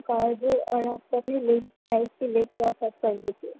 میں ٹائپ کی list WhatsApp کر دیجیے